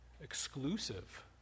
exclusive